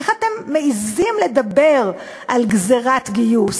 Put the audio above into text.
אז איך אתם מעזים לדבר על גזירת גיוס?